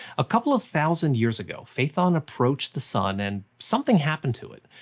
a couple of thousand years ago, phaethon approached the sun and something happened to it.